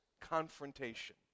confrontation